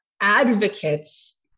advocates